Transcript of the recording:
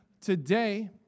today